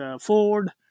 Ford